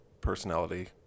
personality